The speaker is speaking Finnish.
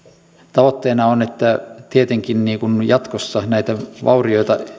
tavoitteena on tietenkin että jatkossa näitä vaurioita